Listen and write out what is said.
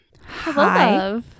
Hi